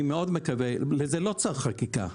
זה לא צריך חקיקה,